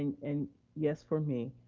and and yes for me.